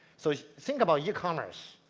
so think about u commerce,